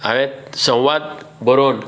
हांवें संवाद बरोवन